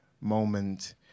moment